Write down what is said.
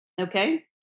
okay